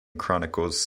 chronicles